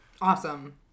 Awesome